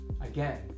Again